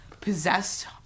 possessed